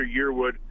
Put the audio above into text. Yearwood